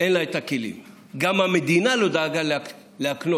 אין את הכלים, גם המדינה לא דאגה להקנות.